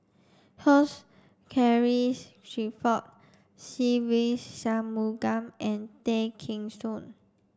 Hugh Charles Clifford Se Ve Shanmugam and Tay Kheng Soon